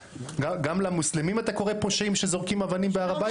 גם למוסלמים אתה קורא פושעים כשהם זורקים אבנים בהר הבית?